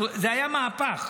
זה היה מהפך.